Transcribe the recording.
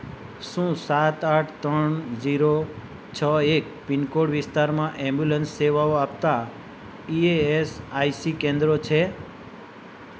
શું સાત આઠ ત્રણ જીરો છ એક પિનકોડ વિસ્તારમાં એમ્બ્યુલન્સ સેવાઓ આપતાં ઇ એસ આઇસી કેન્દ્રો છે